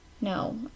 No